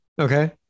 Okay